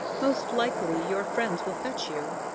most likely your friends will fetch you.